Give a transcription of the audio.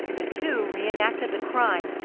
the two reenacted the crime,